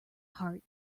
heart